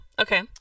Okay